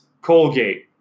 Colgate